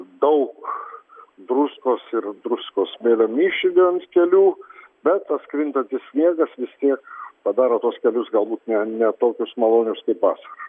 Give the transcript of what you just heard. daug druskos ir druskos smėlio mišinio ant kelių bet tas krintantis sniegas vis tiek padaro tuos kelius galbūt ne ne tokius malonius kaip vasarą